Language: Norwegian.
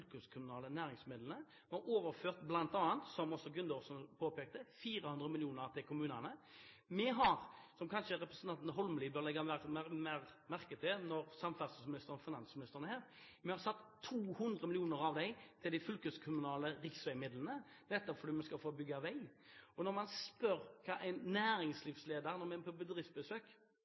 fylkeskommunale næringsmidlene og bl.a. overført, som også Gundersen påpekte, 400 mill. kr til kommunene. Vi har, som representanten Holmelid kanskje bør legge mer merke til når samferdselsministeren og finansministeren er her, satt av 200 mill. av dem til de fylkeskommunale riksveimidlene nettopp fordi vi skal få bygge vei. Når vi er på bedriftsbesøk,